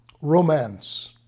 romance